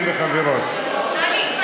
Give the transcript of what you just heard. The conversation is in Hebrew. לא, הוא מופיע בסדר-היום ראשון, למה נתת